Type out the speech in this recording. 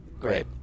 Great